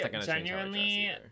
genuinely